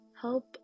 Help